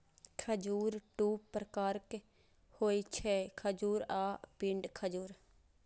खजूर दू प्रकारक होइ छै, खजूर आ पिंड खजूर